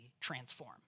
transform